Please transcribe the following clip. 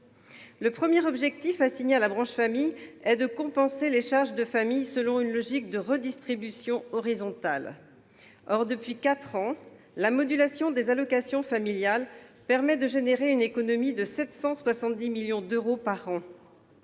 Le premier objectif assigné à la branche famille est de compenser les charges de famille, selon une logique de redistribution horizontale. Or, depuis quatre ans, la modulation des allocations familiales permet une économie de 770 millions d'euros par an.